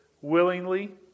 willingly